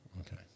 okay